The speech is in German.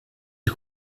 die